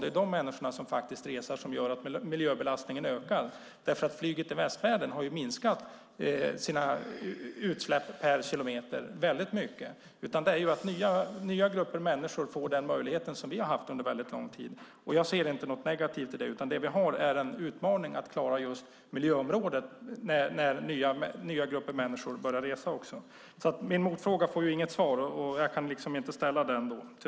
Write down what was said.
Det är deras resande som ökar miljöbelastningen, för i västvärlden har ju flyget minskat sina utsläpp per kilometer mycket. Nu får nya grupper av människor den möjlighet som vi har haft under lång tid. Jag ser inget negativt i det. Det är dock en utmaning att klara miljöområdet när nya grupper av människor börjar resa. Min motfråga får inget svar, så jag kan tyvärr inte ställa den.